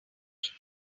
bit